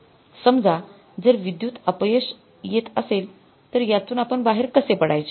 समजा जर विदयुत अपयश येत असेल तर यातून आपण बाहेर कसे पडायचे